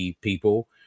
people